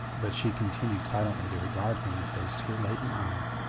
but she continued silently to regard him with those tear-laden eyes,